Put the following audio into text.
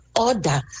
order